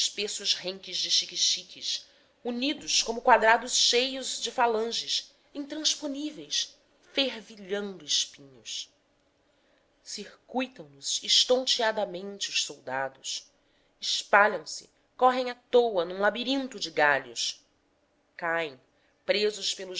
renques de xiquexiques unidos como quadrados cheios de falanges intransponíveis fervilhando espinhos circuitam nos estonteadamente os soldados espalham se correm à toa num labirinto de galhos caem presos pelos